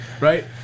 right